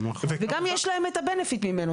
וגם יש להן את התועלות ממנו,